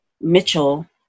Mitchell